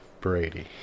Brady